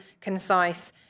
concise